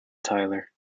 tyler